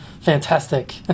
fantastic